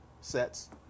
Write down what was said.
sets